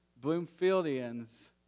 Bloomfieldians